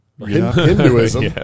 Hinduism